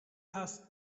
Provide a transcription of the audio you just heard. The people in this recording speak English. has